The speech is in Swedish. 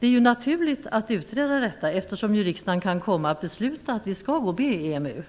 Det är naturligt att utreda detta, eftersom riksdagen ju kan komma att besluta att vi skall gå med i EMU.